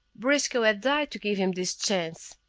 briscoe had died to give him this chance.